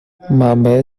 منبع